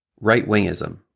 Right-wingism